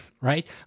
right